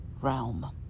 realm